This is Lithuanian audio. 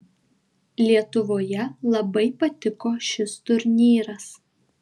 lietuvoje labai patiko šis turnyras